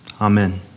Amen